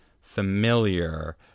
familiar